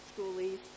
schoolies